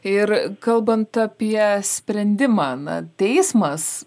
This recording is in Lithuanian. ir kalbant apie sprendimą na teismas